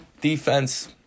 Defense